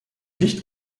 dicht